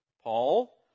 Paul